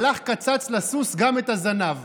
הלך, קצץ לסוס גם את הזנב.